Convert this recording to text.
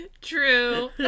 True